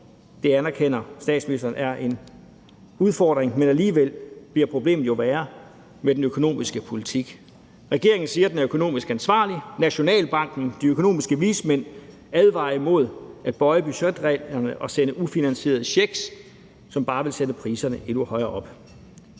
Det anerkender statsministeren er en udfordring, men alligevel bliver problemet jo værre med den økonomiske politik. Regeringen siger, at den er økonomisk ansvarlig. Nationalbanken og de økonomiske vismænd advarer imod at bøje budgetreglerne og sende ufinansierede checks, som bare vil sende priserne endnu højere op.